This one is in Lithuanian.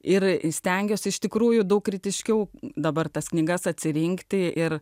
ir stengiuosi iš tikrųjų daug kritiškiau dabar tas knygas atsirinkti ir